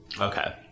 okay